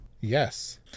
Yes